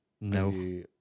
No